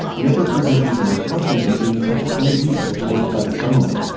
the upper frequencies and reflections are being completely absorbed by the foam.